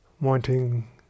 wanting